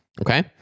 okay